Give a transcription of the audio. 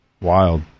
Wild